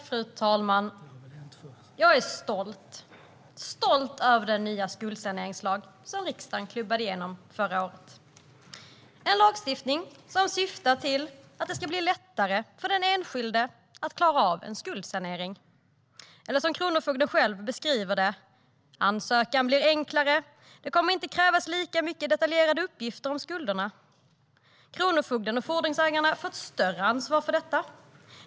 Fru talman! Jag är stolt över den nya skuldsaneringslag som riksdagen klubbade igenom förra året. Det är en lagstiftning som syftar till att det ska bli lättare för den enskilde att klara av en skuldsanering. Eller som Kronofogdemyndigheten själv beskriver det: Ansökan blir enklare. Det kommer inte att krävas lika detaljerade uppgifter om skulderna. Kronofogden och fordringsägarna får ett större ansvar för detta.